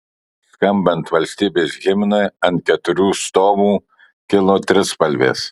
skambant valstybės himnui ant keturių stovų kilo trispalvės